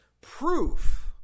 proof